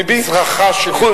מזרחה של ירושלים.